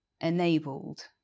enabled